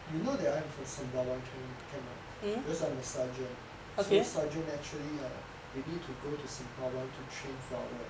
you know that I am from sembawang ca~ camp right because I am a seargent so seargent actually like you need to go to sembawang to train for our